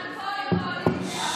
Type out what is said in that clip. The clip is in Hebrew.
ששש.